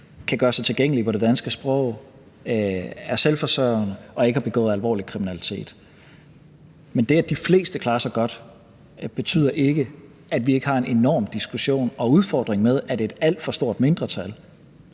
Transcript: kan gøre sig forståelige på det danske sprog, er selvforsørgende og ikke har begået alvorlig kriminalitet. Men det, at de fleste klarer sig godt, betyder ikke, at vi ikke har en enorm diskussion om og udfordring med, at et alt for stort mindretal